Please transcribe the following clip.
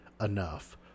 enough